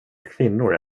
kvinnor